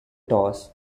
toss